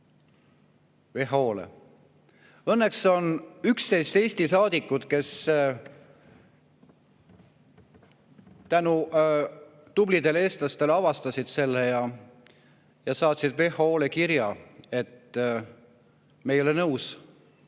WHO-le. Õnneks on 11 Eesti saadikut, kes tänu tublidele eestlastele avastasid selle ja saatsid WHO-le kirja, et me ei ole nõus